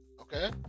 okay